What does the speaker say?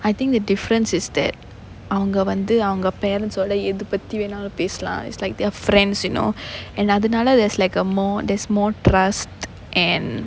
I think the difference is that அவகங்க வந்து அவங்க:avanga vanthu avanga parents ஓட எது பத்தி வேணாலும் பேசுலாம்:oda ethu patthi venaalum pesulaam is like their friends you know and அதுனால:athunaala there's like a more there's more trust and